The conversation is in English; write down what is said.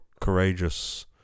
...courageous